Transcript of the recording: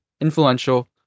influential